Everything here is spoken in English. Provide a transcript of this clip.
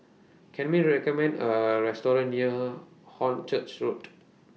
Can YOU recommend A Restaurant near Hornchurch Road